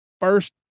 First